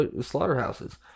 slaughterhouses